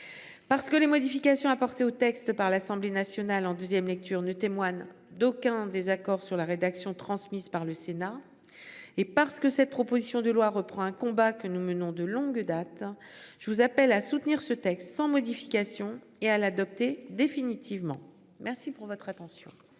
Parce que les modifications apportées au texte par l'Assemblée nationale en 2ème lecture ne témoigne d'aucun désaccord sur la rédaction transmise par le Sénat. Et parce que cette proposition de loi reprend un combat que nous menons de longue date. Je vous appelle à soutenir ce texte sans modification et à l'adopter définitivement. Merci pour votre attention.